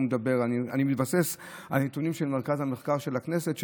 אני מתבסס על נתונים של מרכז המחקר של הכנסת,